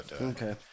Okay